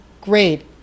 great